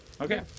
okay